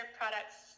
products